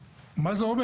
מה זה אומר